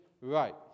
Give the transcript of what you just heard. right